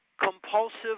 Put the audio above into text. compulsive